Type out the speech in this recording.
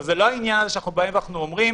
זה לא העניין שאנחנו באים ואנחנו אומרים